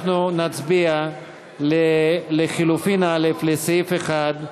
אנחנו נצביע על לחלופין (א) לסעיף 1,